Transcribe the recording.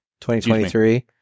2023